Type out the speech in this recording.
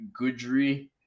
Goodry